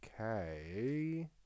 Okay